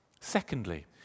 Secondly